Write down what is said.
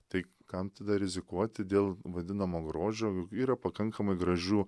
tai kam tada rizikuoti dėl vadinamo grožio juk yra pakankamai gražių